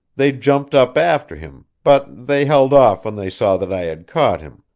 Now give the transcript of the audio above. they jumped up after him, but they held off when they saw that i had caught him.